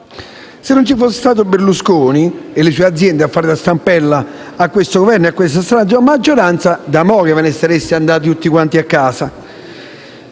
Se non ci fossero stati Berlusconi e le sue aziende a fare da stampella a questo Governo e a questa strana maggioranza, da tempo ve ne sareste andati tutti a casa.